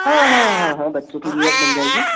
हाँ हाँ हाँ हाँ बच्चों के लिए एक मिल जाएगी